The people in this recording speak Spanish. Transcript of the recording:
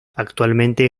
actualmente